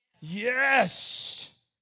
Yes